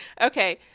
Okay